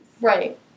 Right